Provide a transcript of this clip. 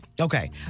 Okay